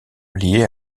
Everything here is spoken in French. liée